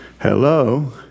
Hello